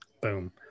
boom